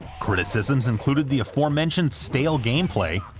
criticisms included the aforementioned stale gameplay,